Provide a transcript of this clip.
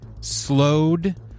slowed